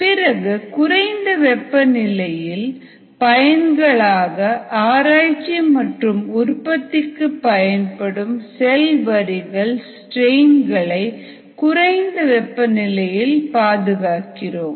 பிறகு குறைந்த வெப்பநிலையின் பயன்களாக ஆராய்ச்சி மற்றும் உற்பத்திக்கு பயன்படும் செல் வரிகள் ஸ்ட்ரெயின் களை குறைந்த வெப்பநிலையில் பாதுகாக்கிறோம்